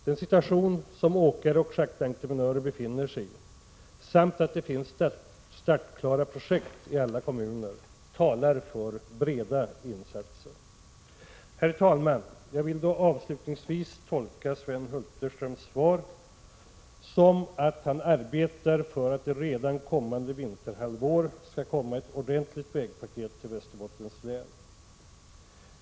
Den situation som åkare och schaktentreprenörer befinner sig i — samt det faktum att det finns startklara projekt i alla kommuner -— talar för breda insatser. Herr talman! Avslutningsvis vill jag säga att jag tolkar Sven Hulterströms svar så, att han arbetar för att det redan under det kommande vinterhalvåret skall komma ett ordentligt vägpaket när det gäller Västerbottens län.